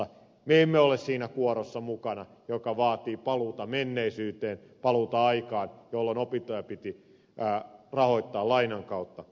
me emme ole siinä kuorossa mukana joka vaatii paluuta menneisyyteen paluuta aikaan jolloin opintoja piti rahoittaa lainan kautta